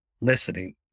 listening